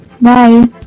Bye